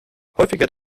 häufiger